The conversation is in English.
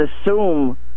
assume